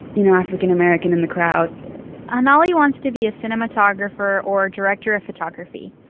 you know, african-american in the crowd anali wants to be a cinematographer or a director of photography.